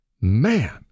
Man